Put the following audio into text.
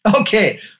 okay